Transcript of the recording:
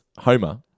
Homer